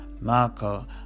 Marco